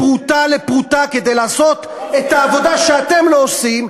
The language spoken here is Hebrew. פרוטה לפרוטה כדי לעשות את העבודה שאתם לא עושים,